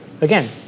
again